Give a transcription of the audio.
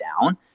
down